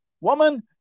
Woman